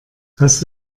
hast